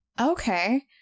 Okay